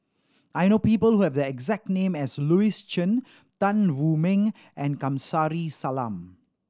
I know people who have the exact name as Louis Chen Tan Wu Meng and Kamsari Salam